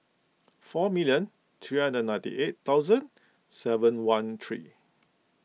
four million three hundred and ninety eight thousand seven one three